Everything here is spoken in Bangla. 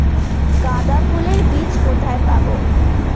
গাঁদা ফুলের বীজ কোথায় পাবো?